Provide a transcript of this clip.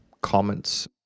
comments